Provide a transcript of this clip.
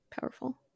powerful